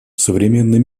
современный